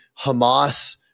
Hamas